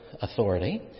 authority